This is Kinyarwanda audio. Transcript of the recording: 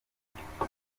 mulindahabi